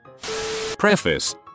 preface